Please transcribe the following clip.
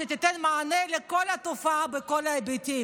שתיתן מענה לכל התופעה בכל ההיבטים.